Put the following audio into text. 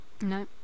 No